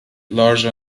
large